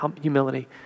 humility